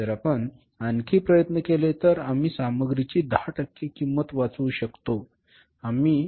जर आपण आणखी प्रयत्न केले तर आम्ही सामग्रीची 10 टक्के किंमत वाचवू शकतो आम्ही रु